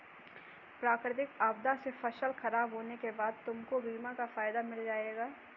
प्राकृतिक आपदा से फसल खराब होने के बाद तुमको बीमा का फायदा मिल जाएगा